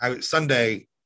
Sunday